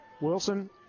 Wilson